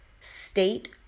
state